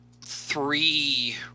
three